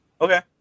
Okay